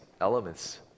elements